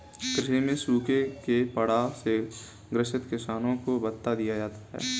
कृषि में सूखे के प्रभाव से ग्रसित किसानों को भत्ता दिया जाता है